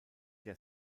der